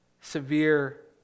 severe